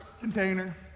container